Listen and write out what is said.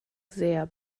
sehr